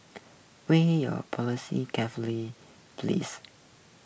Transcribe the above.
weigh your policy carefully please